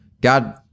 god